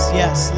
yes